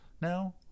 now